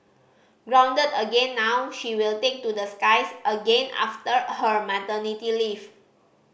grounded again now she will take to the skies again after her maternity leave